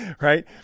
right